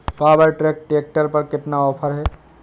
Power track tractor पर कितना offer है?